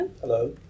Hello